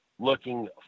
Looking